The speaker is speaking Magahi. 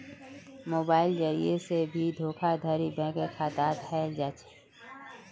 मोबाइलेर जरिये से भी धोखाधडी बैंक खातात हय जा छे